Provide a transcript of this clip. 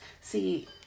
see